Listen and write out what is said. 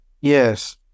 yes